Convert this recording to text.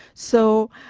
so,